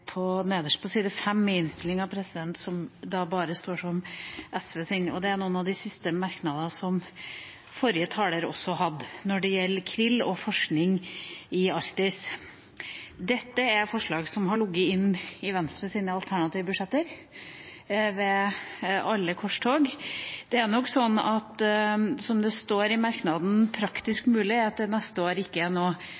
nederst på side 5 i innstillinga, og som da bare står som SVs merknad – og det er noen av de siste merknadene som også forrige taler hadde – og den gjelder krill og forskning i Antarktis. Dette er forslag som har ligget inne i Venstres alternative budsjetter ved alle korsveier. Det er nok sånn at det neste år ikke er «praktisk mulig», som det står i merknaden,